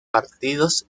partidos